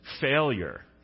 failure